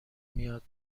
میاد